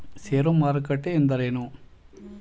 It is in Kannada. ಷೇರು ಮಾರುಕಟ್ಟೆ ಎಂದರೇನು?